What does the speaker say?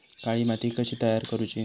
काळी माती कशी तयार करूची?